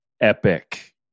epic